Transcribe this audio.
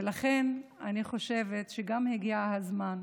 ולכן אני חושבת שהגיע הזמן